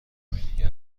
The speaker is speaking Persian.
دیگر